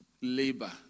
labor